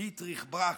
דיטריך בראכר,